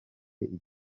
ifite